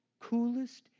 coolest